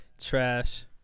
Trash